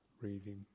breathing